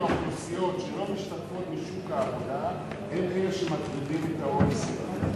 האוכלוסיות שלא משתתפות בשוק העבודה הן אלה שמטרידות את ה-OECD.